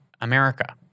America